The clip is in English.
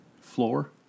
floor